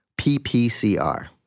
PPCR